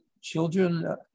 children